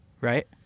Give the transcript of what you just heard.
Right